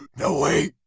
no, wait.